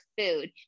food